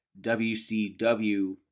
WCW